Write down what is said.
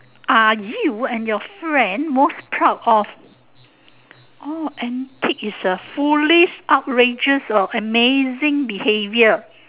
are you and your friend most proud of oh antic is a foolish outrageous or amazing behaviour